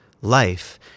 life